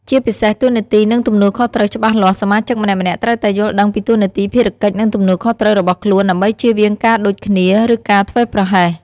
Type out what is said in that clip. ជាពិសេស តួនាទី និងទំនួលខុសត្រូវច្បាស់លាស់ សមាជិកម្នាក់ៗត្រូវតែយល់ដឹងពីតួនាទី ភារកិច្ច និងទំនួលខុសត្រូវរបស់ខ្លួន ដើម្បីជៀសវាងការដូចគ្នា ឬការធ្វេសប្រហែស។